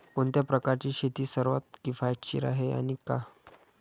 कोणत्या प्रकारची शेती सर्वात किफायतशीर आहे आणि का?